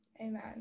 Amen